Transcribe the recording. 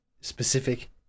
specific